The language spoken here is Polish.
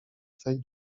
twej